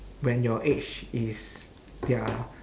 when your age is their